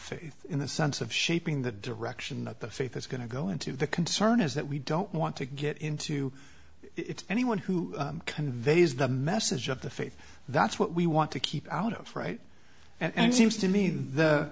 faith in the sense of shaping the direction that the faith is going to go into the concern is that we don't want to get into it anyone who conveys the message of the faith that's what we want to keep out of right and seems to me